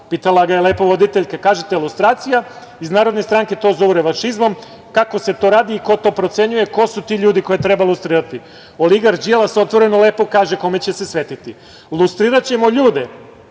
pitala ga je lepo voditeljka – kažete lustracija, iz Narodne stranke to zovu revanšizmom, kako se to radi i ko to procenjuju ko su ti ljudi koje treba lustrirati? Oligarh Đilas otvoreno lepo kaže kome će se svetiti – lustriraćemo ljude